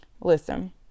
Listen